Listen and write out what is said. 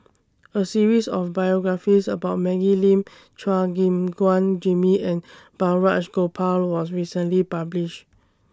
A series of biographies about Maggie Lim Chua Gim Guan Jimmy and Balraj Gopal was recently published